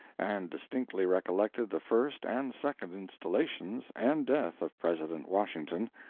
and distinctly recollected the first and second installations and death of president washington,